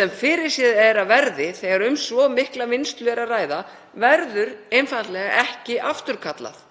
sem fyrirséð er að verði þegar um svo mikla vinnslu er að ræða verður einfaldlega ekki afturkallað.